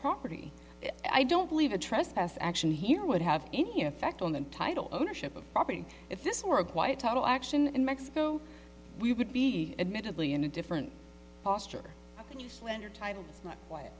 property i don't believe a trust us action here would have any effect on the title ownership of property if this were a white total action in mexico we would be admittedly in a different posture and you slander titles not